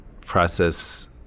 process